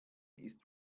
ist